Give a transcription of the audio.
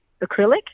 acrylic